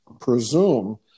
presume